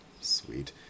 Sweet